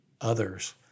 others